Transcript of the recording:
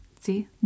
See